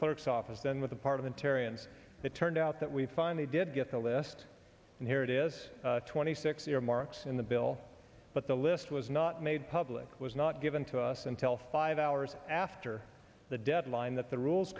clerk's office then with the part of the terry and it turned out that we finally did get the list and here it is twenty six earmarks in the bill but the list was not made public was not given to us until five hours after the deadline that the rules